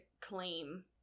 claim